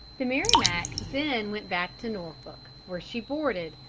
the merrimac then went back to norfolk, where she boarded,